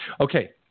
Okay